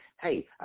Hey